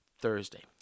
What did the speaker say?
thursday